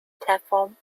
platform